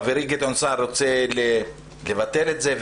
חברי גדעון סער רוצה לבטל את זה,